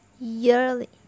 Yearly